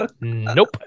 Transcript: Nope